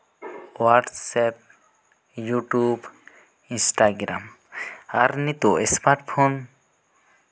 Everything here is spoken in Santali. ᱚᱣᱟᱴᱥᱮᱯᱷ ᱤᱭᱩᱴᱩᱵ ᱤᱱᱥᱴᱟᱜᱨᱟᱢ ᱟᱨ ᱱᱤᱛᱳᱜ ᱥᱢᱟᱴ ᱯᱷᱳᱱ